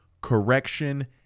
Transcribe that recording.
correction